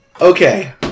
Okay